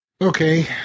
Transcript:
Okay